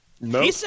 No